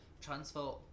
transfer